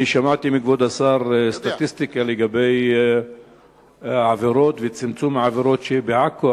אני שמעתי מכבוד השר סטטיסטיקה לגבי עבירות וצמצום עבירות בעכו,